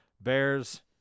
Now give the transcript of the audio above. Bears